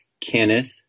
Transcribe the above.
Kenneth